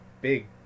big